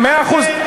מאה אחוז,